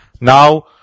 Now